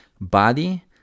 body